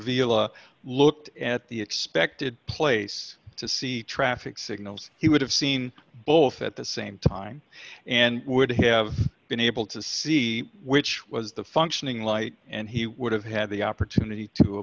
vila looked at the expected place to see traffic signals he would have seen both at the same time and would have been able to see which was the functioning light and he would have had the opportunity to